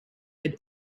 had